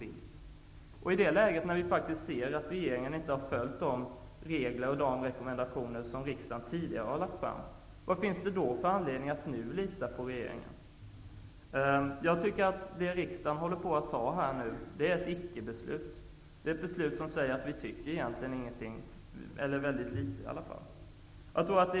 I ett läge då vi vet att regeringen inte har följt de regler och rekommendationer som riksdagen tidigare har fastställt, vad finns det då för anledning att nu lita på regeringen? Det beslut riksdagen nu skall fatta är ett s.k. ickebeslut. Det är ett beslut som säger att vi egentligen inte tycker något -- i varje fall väldigt litet.